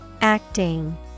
Acting